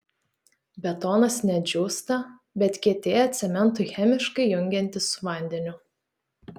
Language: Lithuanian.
betonas ne džiūsta bet kietėja cementui chemiškai jungiantis su vandeniu